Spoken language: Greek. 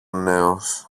νέος